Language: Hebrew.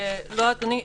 אדוני,